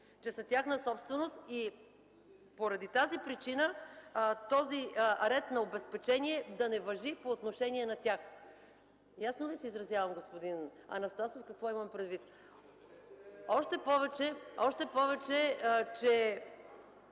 че са тяхна собственост и поради тази причина този ред на обезпечение да не важи по отношение на тях. Ясно ли се изразявам, господин Анастасов, и какво имам предвид? (Реплики.) Още повече, че